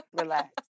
Relax